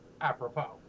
apropos